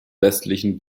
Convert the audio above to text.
westlichen